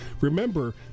Remember